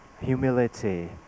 humility